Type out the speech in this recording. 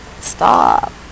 stop